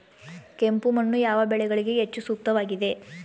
ಕೆಂಪು ಮಣ್ಣು ಯಾವ ಬೆಳೆಗಳಿಗೆ ಹೆಚ್ಚು ಸೂಕ್ತವಾಗಿದೆ?